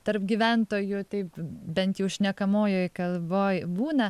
tarp gyventojų taip bent jau šnekamojoj kalboj būna